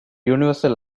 universal